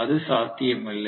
அது சாத்தியமில்லை